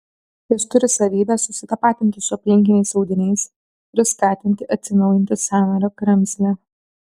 jos turi savybę susitapatinti su aplinkiniais audiniais ir skatinti atsinaujinti sąnario kremzlę